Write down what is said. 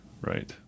right